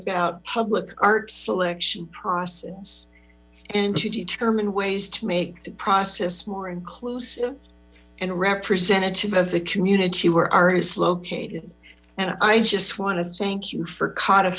about public art selection process and to determine was to make the process more inclusive and representative of the community where art is located and i just want to thank you for c